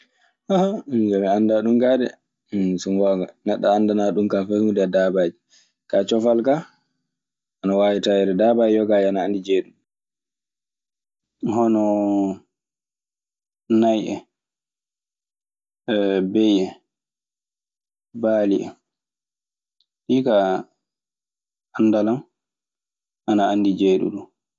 Minkaa mi anndanaa ɗum kaa dee. So ngoonga neɗɗo anndanaa ɗum fey huunde ɗum ka e daabaaji. Ka cofal kaa ana waawi taweede daabaaji yogaaji ana anndi jeyɗo ɗum. Hono nay en, bey en, baali en. Ɗii kaa anndalan ana anndi jeyɗo ɗun.